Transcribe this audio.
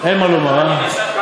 אין מה לומר, אה?